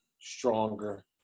stronger